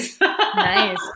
Nice